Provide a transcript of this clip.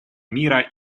мира